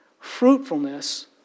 Fruitfulness